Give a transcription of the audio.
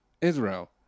Israel